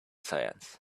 science